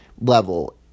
level